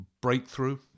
breakthrough